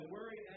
Worry